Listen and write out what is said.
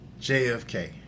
JFK